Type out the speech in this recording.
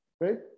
right